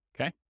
Okay